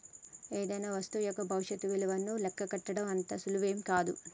ఏదైనా వస్తువు యొక్క భవిష్యత్తు ఇలువను లెక్కగట్టడం అంత సులువేం గాదు